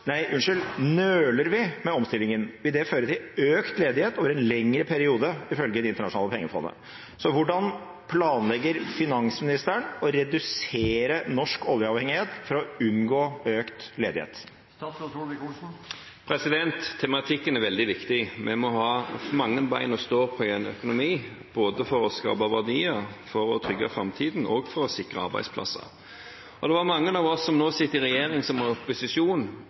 med omstillingen, vil det føre til økt arbeidsledighet over en lengre periode, ifølge IMF. Hvordan planlegger statsråden å redusere norsk oljeavhengighet for å unngå økt arbeidsledighet?» Tematikken er veldig viktig. Vi må ha mange ben å stå på i en økonomi, både for å skape verdier, for å trygge framtiden og for å sikre arbeidsplasser. Det var mange av oss som nå sitter i regjering, som i opposisjon